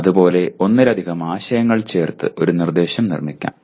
അതുപോലെ ഒന്നിലധികം ആശയങ്ങൾ ചേർത്ത് ഒരു നിർദ്ദേശം നിർമിക്കാം